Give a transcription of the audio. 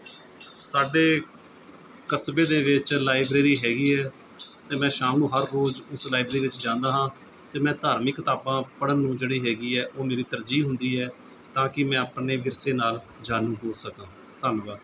ਸਾਡੇ ਕਸਬੇ ਦੇ ਵਿੱਚ ਲਾਈਬ੍ਰੇਰੀ ਹੈਗੀ ਹੈ ਅਤੇ ਮੈਂ ਸ਼ਾਮ ਨੂੰ ਹਰ ਰੋਜ਼ ਉਸ ਲਾਈਬ ਦੇ ਵਿੱਚ ਜਾਂਦਾ ਹਾਂ ਅਤੇ ਮੈਂ ਧਾਰਮਿਕ ਕਿਤਾਬਾਂ ਪੜ੍ਹਨ ਨੂੰ ਜਿਹੜੀ ਹੈਗੀ ਹੈ ਉਹ ਮੇਰੀ ਤਰਜੀਹ ਹੁੰਦੀ ਹੈ ਤਾਂ ਕਿ ਮੈਂ ਆਪਣੇ ਵਿਰਸੇ ਨਾਲ ਜਾਣੂ ਹੋ ਸਕਾਂ ਧੰਨਵਾਦ